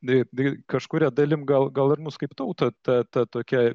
tai tai kažkuria dalim gal gal ir mus kaip tautą ta ta tokia